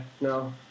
no